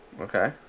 Okay